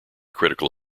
critical